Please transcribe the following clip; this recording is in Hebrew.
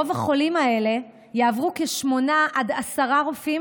רוב החולים האלה יעברו כשמונה עד עשרה רופאים